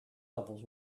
levels